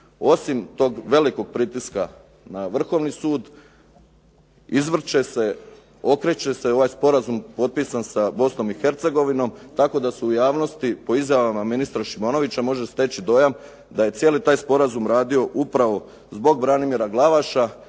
Osim tog velikog pritiska na Vrhovni sud, izvrće se, okreće se ovaj sporazum potpisan sa Bosnom i Hercegovinom, tako da se u javnosti po izjavama ministra Šimonovića može steći dojam da je cijeli taj sporazum radio upravo zbog Branimira Glavaša,